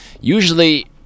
usually